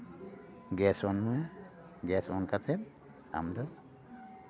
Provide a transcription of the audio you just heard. gas ᱚᱱ ᱢᱮ ᱜᱮᱥ ᱚᱱ ᱠᱟᱛᱮᱫ ᱟᱢ ᱫᱚ